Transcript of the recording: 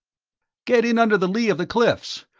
get in under the lee of the cliffs.